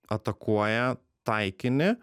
atakuoja taikinį